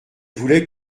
voulait